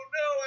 no